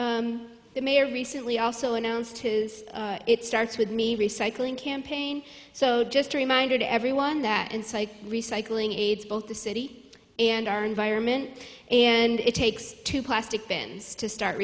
the mayor recently also announced his it starts with me recycling campaign so just a reminder to everyone that and recycling aids both the city and our environment and it takes two plastic bins to start